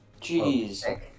Jeez